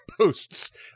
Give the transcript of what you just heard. posts